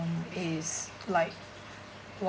um is like work